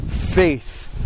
faith